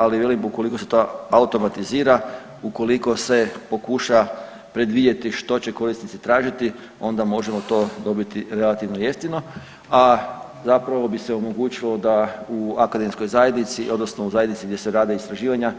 Ali velim ukoliko se to automatizira, ukoliko se pokuša predvidjeti što će korisnici tražiti onda možemo to dobiti relativno jeftino, a zapravo bi se omogućilo da u akademskoj zajednici odnosno u zajednici gdje se rade istraživanja